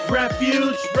refuge